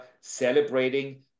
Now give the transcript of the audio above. celebrating